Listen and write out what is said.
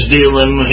dealing